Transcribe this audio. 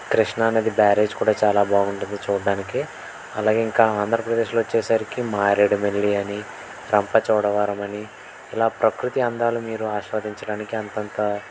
కృష్ణానది బ్యారేజ్ కూడా చాలా బాగుంటుంది చూడడానికి అలాగే ఇంకా ఆంధ్రప్రదేశ్లో వచ్చేసరికి మారేడుమిల్లీ అని రంపచోడవరమని ఇలా ప్రకృతి అందాలు మీరు ఆస్వాదించడానికి అంతంత